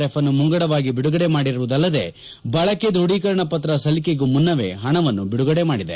F ಅನ್ನು ಮುಂಗಡವಾಗಿ ಬಿಡುಗಡೆ ಮಾಡಿರುವುದಲ್ಲದೇ ಬಳಕೆ ಧೃಡೀಕರಣ ಪತ್ರ ಸಲ್ಲಿಕೆಗೂ ಮುನ್ನವೇ ಹಣವನ್ನು ಬಿಡುಗಡೆ ಮಾಡಿದೆ